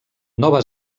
nova